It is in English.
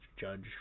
judge